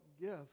gift